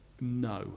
no